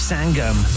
Sangam